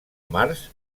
març